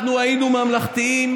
אנחנו היינו ממלכתיים,